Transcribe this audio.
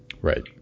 Right